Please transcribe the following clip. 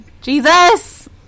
Jesus